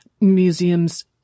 museums